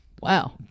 Wow